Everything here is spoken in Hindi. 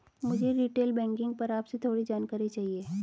मुझे रीटेल बैंकिंग पर आपसे थोड़ी जानकारी चाहिए